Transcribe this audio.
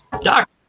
doc